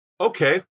okay